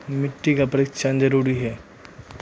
मिट्टी का परिक्षण जरुरी है?